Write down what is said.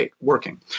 working